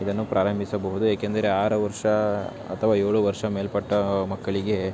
ಇದನ್ನು ಪ್ರಾರಂಭಿಸಬಹುದು ಏಕೆಂದರೆ ಆರು ವರ್ಷ ಅಥವಾ ಏಳು ವರ್ಷ ಮೇಲ್ಪಟ್ಟ ಮಕ್ಕಳಿಗೆ